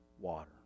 water